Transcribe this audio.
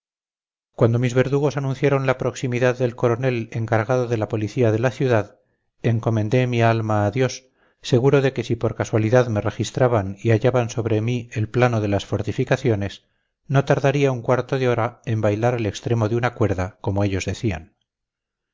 cuando mis verdugos anunciaron la proximidad del coronel encargado de la policía de la ciudad encomendé mi alma a dios seguro de que si por casualidad me registraban y hallaban sobre mí el plano de las fortificaciones no tardaría un cuarto de hora en bailar al extremo de una cuerda como ellos decían